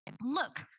Look